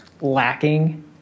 lacking